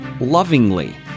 lovingly